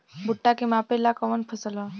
भूट्टा के मापे ला कवन फसल ह?